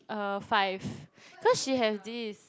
uh five cause she have this